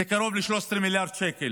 זה קרוב ל-13 מיליארד שקל.